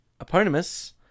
eponymous